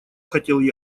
хотел